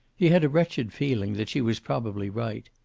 he had a wretched feeling that she was probably right.